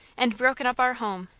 and broken up our home!